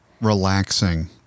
relaxing